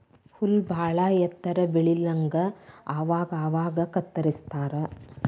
ಹುಲ್ಲ ಬಾಳ ಎತ್ತರ ಬೆಳಿಲಂಗ ಅವಾಗ ಅವಾಗ ಕತ್ತರಸ್ತಾರ